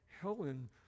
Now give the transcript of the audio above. Helen